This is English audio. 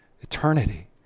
eternity